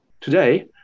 Today